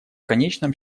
конечном